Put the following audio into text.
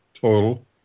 total